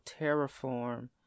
Terraform